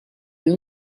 you